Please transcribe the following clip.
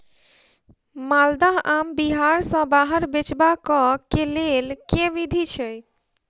माल्दह आम बिहार सऽ बाहर बेचबाक केँ लेल केँ विधि छैय?